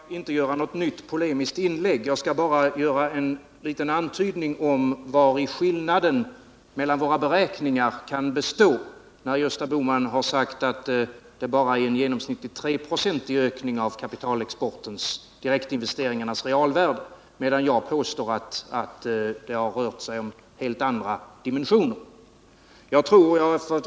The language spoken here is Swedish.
Herr talman! Jag skall inte göra något nytt polemiskt inlägg. Jag skall bara göra en liten antydan om vari skillnaden mellan våra beräkningar kan bestå. Gösta Bohman har sagt att det bara är i genomsnitt en treprocentig ökning av direktinvesteringarnas realvärde, medan jag påstår att ökningen har haft helt andra dimensioner.